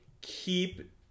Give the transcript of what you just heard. keep